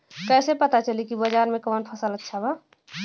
कैसे पता चली की बाजार में कवन फसल अच्छा बा?